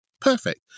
Perfect